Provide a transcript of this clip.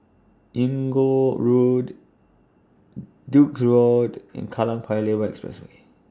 Inggu Road Duke's Road and Kallang Paya Lebar Expressway